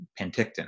Penticton